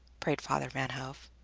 prayed father van hove.